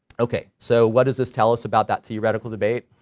okay, so what does this tell us about that theoretical debate?